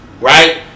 right